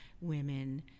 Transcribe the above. women